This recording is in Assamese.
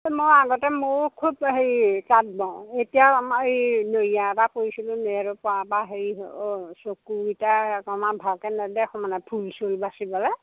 মই আগতে ময়ো খুব হেৰি তাঁত বওঁ এতিয়া আমাৰ এই নৰিয়া এটাত পৰিছিলোঁ নৰিয়াটোত পৰা পা হেৰি অঁ চকু এটা অকমান ভালকৈ নেদেখোঁ মানে ফুল চুল বাচিবলৈ